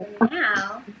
Now